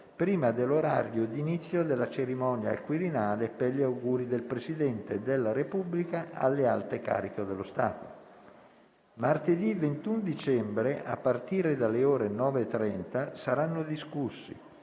prima dell'orario di inizio della cerimonia al Quirinale per gli auguri del Presidente della Repubblica alle alte cariche dello Stato. Martedì 21 dicembre, a partire dalle ore 9,30, saranno discussi